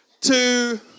two